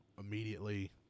immediately